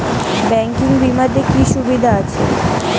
Banking বিমাতে কি কি সুবিধা আছে?